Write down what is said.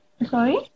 Sorry